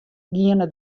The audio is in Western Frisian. giene